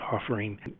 offering